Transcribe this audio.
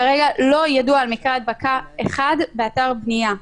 כרגע לא ידוע על מקרה הדבקה אחד באתר בנייה.